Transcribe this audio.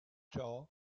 ciò